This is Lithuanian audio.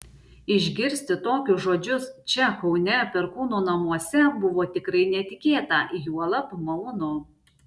išgirsti tokius žodžius čia kaune perkūno namuose buvo tikrai netikėta juolab malonu